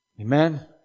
Amen